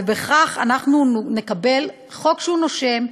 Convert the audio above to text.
וכך אנחנו נקבל חוק שהוא נושם,